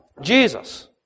Jesus